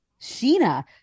Sheena